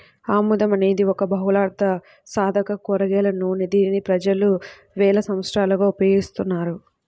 ఆముదం అనేది ఒక బహుళార్ధసాధక కూరగాయల నూనె, దీనిని ప్రజలు వేల సంవత్సరాలుగా ఉపయోగిస్తున్నారు